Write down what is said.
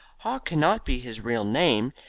haw cannot be his real name.